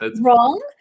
wrong